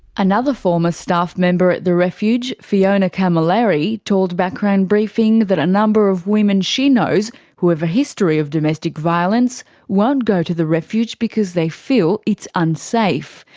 another former staff member at the refuge, fiona camilleri, told background briefing that a number of women she knows who have a history of domestic violence won't go to the refuge because they feel it's unsafe.